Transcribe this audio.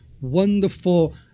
wonderful